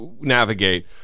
navigate